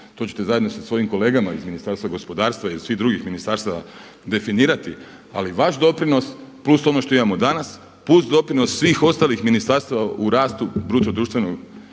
to ćete zajedno sa svojim kolegama iz Ministarstva gospodarstva, iz svih drugih ministarstava definirati. Ali vaš doprinos plus ono što imamo danas, plus doprinos svih ostalih ministarstava u rastu bruto društvenog